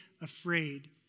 afraid